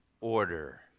order